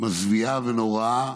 מזוויעה ונוראה,